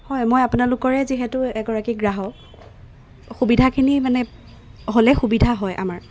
হয় মই আপোনালোকৰে যিহেতু এগৰাকী গ্ৰাহক সুবিধাখিনি মানে হ'লে সুবিধা হয় আমাৰ